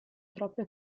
troppe